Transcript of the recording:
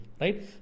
right